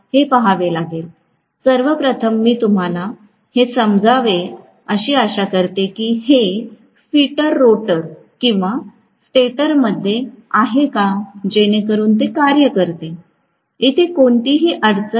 हे पाहावे लागेल सर्व प्रथम मी तुम्हाला हे समजावे अशी आशा करते की हे फीटर रोटर किंवा स्टेटरमध्ये आहे का जेणेकरुन ते कार्य करते इथे कोणतीही अडचण नाही